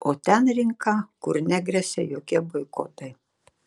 o ten rinka kur negresia jokie boikotai